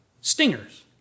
stingers